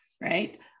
right